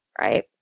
right